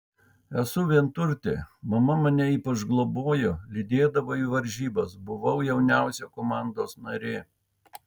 esu vienturtė mama mane ypač globojo lydėdavo į varžybas buvau jauniausia komandos narė